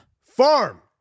Farm